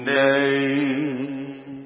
name